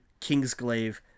Kingsglaive